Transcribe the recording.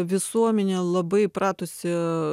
visuomenė labai įpratusi